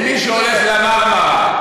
ומי שהולך ל"מרמרה",